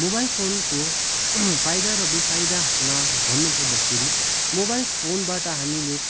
mobile फोनको फाइदा र बेफाइदामा भन्नु पर्दाखेरि मोबाइल फोनबाट हामीले